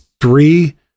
three